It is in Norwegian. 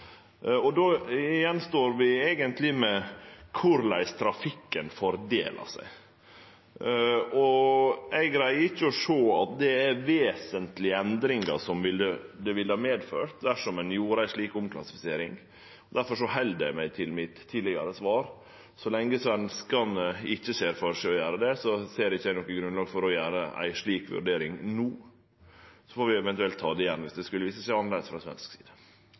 Då står vi eigentleg igjen med korleis trafikken fordeler seg. Eg greier ikkje å sjå at ei slik omklassifisering ville ført til vesentlege endringar. Difor held eg meg til det tidlegare svaret mitt. Så lenge svenskane ikkje ser for seg å gjere det, ser ikkje eg noko grunnlag for å gjere ei slik vurdering no. Vi får eventuelt ta det igjen viss det skulle vise seg å verte annleis frå svensk side.